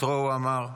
הוא אמר "לפטרו".